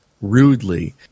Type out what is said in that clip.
rudely